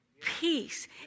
peace